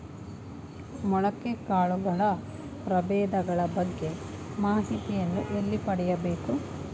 ಮೊಳಕೆ ಕಾಳುಗಳ ಪ್ರಭೇದಗಳ ಬಗ್ಗೆ ಮಾಹಿತಿಯನ್ನು ಎಲ್ಲಿ ಪಡೆಯಬೇಕು?